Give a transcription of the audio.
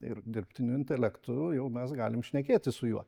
ir dirbtiniu intelektu jau mes galim šnekėtis su juo